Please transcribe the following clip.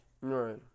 Right